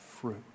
fruit